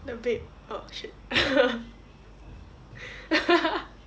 the bed oh shit